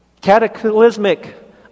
cataclysmic